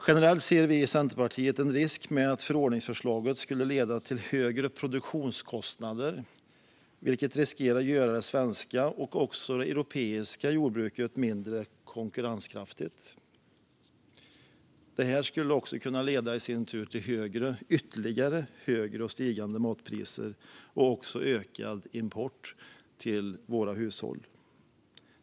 Generellt ser vi i Centerpartiet en risk att förordningsförslaget skulle leda till högre produktionskostnader, vilket riskerar att göra det svenska och även det europeiska jordbruket mindre konkurrenskraftigt. Det skulle i sin tur kunna leda till ytterligare högre och stigande matpriser och ökad import till våra hushåll.